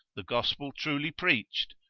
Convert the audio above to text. the gospel truly preached,